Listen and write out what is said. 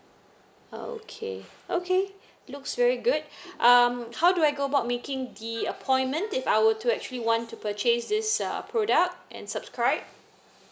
okay okay looks very good um how do I go about making the appointment if I were to actually want to purchase this uh product and subscribe